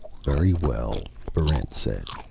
very well, barrent said.